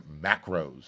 macros